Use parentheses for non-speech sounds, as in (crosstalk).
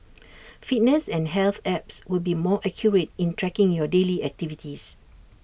(noise) fitness and health apps will be more accurate in tracking your daily activities